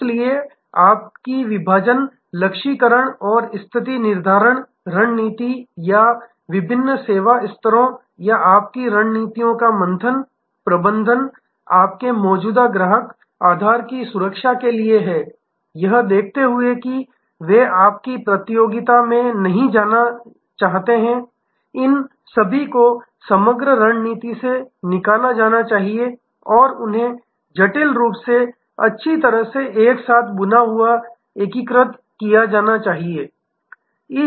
इसलिए आपकी विभाजन लक्ष्यीकरण और स्थिति निर्धारण रणनीति या विभिन्न सेवा स्तरों या आपकी रणनीतियों का मंथन प्रबंधन आपके मौजूदा ग्राहक आधार की सुरक्षा के लिए है यह देखते हुए कि वे आपकी प्रतियोगिता में नहीं जाते हैं इन सभी को समग्र रणनीति से निकाला जाना चाहिए और उन्हें जटिल रूप से अच्छी तरह से एक साथ बुना हुआ एकीकृत किया जाना चाहिए